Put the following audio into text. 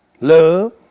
Love